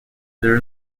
there